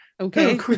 Okay